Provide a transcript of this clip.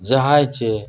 ᱡᱟᱦᱟᱸᱭ ᱪᱮ